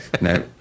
no